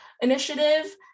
initiative